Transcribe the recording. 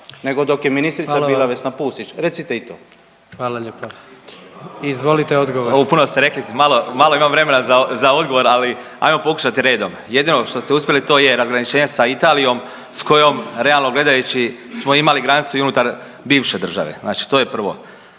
odgovor. **Pavliček, Marijan (Hrvatski suverenisti)** O, puno ste rekli, malo imam vremena za odgovor, ali ajmo pokušati redom. Jedino što ste uspjeli, to je razgraničenje sa Italijom s kojom realno gledajući smo imali granicu i unutar bivše države, znači to je prvo.